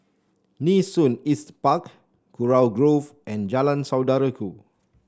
Nee Soon East Park Kurau Grove and Jalan Saudara Ku